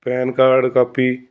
PAN card copy